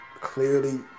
clearly